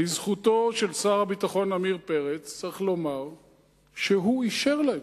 לזכותו של שר הביטחון עמיר פרץ צריך לומר שהוא אישר להם.